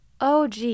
OG